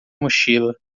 mochila